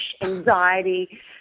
anxiety